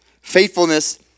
Faithfulness